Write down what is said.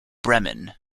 bremen